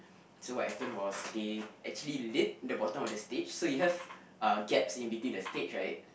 so what happened was they actually lit the bottom of the stage so you have uh gaps in between the stage right